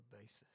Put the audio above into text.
basis